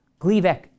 Gleevec